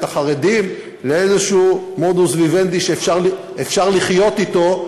החרדים לאיזה מודוס ויוונדי שאפשר לחיות אתו,